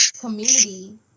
community